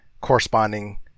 corresponding